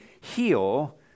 heal